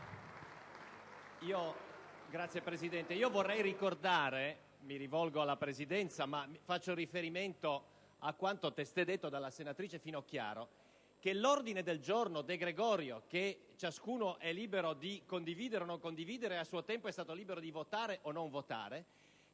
Signor Presidente, vorrei ricordare, mi rivolgo alla Presidenza, ma faccio riferimento a quanto testé detto dalla senatrice Finocchiaro, che l'ordine del giorno De Gregorio, che ciascuno è libero di condividere o non condividere, e a suo tempo è stato libero di votare o non votare,